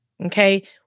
Okay